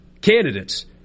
candidates